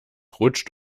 rutscht